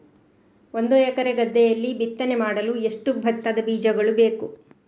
ಒಂದು ಎಕರೆ ಗದ್ದೆಯಲ್ಲಿ ಬಿತ್ತನೆ ಮಾಡಲು ಎಷ್ಟು ಭತ್ತದ ಬೀಜಗಳು ಬೇಕು?